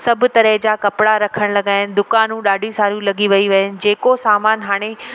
सभु तरह जा कपिड़ा रखणु लॻा आहिनि दुकानूं ॾाढी सारियूं लॻी वियूं आहिनि जेको सामान हाणे